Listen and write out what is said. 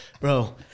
Bro